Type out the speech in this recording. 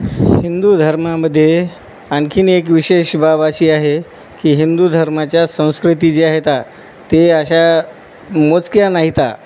हिंदू धर्मामध्ये आणखीन एक विशेष बाव अशी आहे की हिंदू धर्माच्या संस्कृती जी आहेत आहेत ते अशा मोजक्या नाहीत